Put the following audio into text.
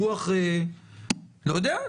לא יודע,